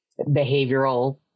behavioral